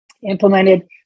implemented